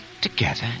Together